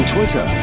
Twitter